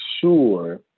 sure